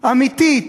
אמיתית,